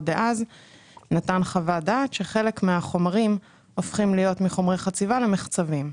דאז נתן חוות דעת שחלק מהחומרים הופכים להיות מחומרי חציבה למחצבים.